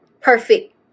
perfect